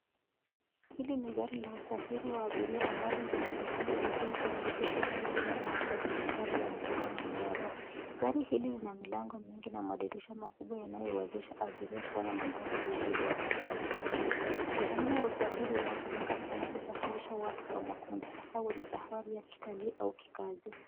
Hili ni gari la usafiri wa abiria ambalo linaonekana likiwa limeegeshwa karibu na eneo lenye mandhari ya milima na miaba. Gari hili lina milango mingi na madirisha makubwa yanayowezesha abiria kuona mandhari vizuri wakati wa kusafiri. Ni aina ya usafiri unaotumika sana kusafirisha watu kwa makundi hasa wenye safari ya kitalii au kikazi.